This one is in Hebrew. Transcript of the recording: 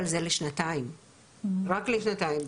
אבל זה לשנתיים, רק לשנתיים.